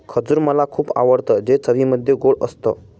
खजूर मला खुप आवडतं ते चवीमध्ये गोड असत